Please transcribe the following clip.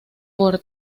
por